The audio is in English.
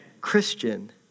Christian